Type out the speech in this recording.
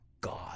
God